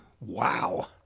Wow